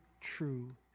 true